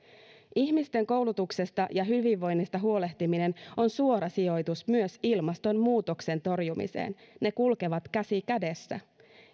ihmisten koulutuksesta ja hyvinvoinnista huolehtiminen on suora sijoitus myös ilmastonmuutoksen torjumiseen ne kulkevat käsi kädessä